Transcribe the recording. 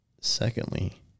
Secondly